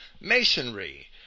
masonry